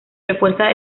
refuerza